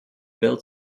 build